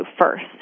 first